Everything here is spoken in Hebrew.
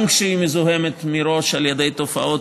וגם כשהיא מזוהמת מראש על ידי תופעות